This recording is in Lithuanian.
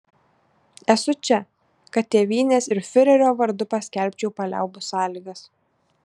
esu čia kad tėvynės ir fiurerio vardu paskelbčiau paliaubų sąlygas